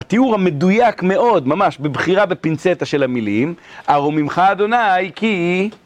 תיאור המדויק מאוד, ממש, בבחירה בפינצטה של המילים. ארומימך אדוניי, כי...